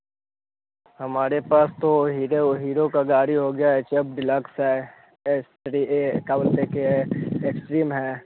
हमारे पास तो हीरो हीरो का गाड़ी हो गया है एच एफ़ डीलक्स है एस थ्री ए का बोलते है कि ए एक्स्ट्रीम है